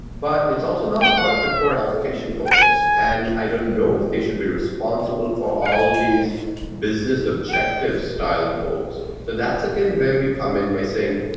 but it's also not a part of the core application focus, and i don't know if they should be responsible for all these business objectives style goals. so that's, again, very common by saying,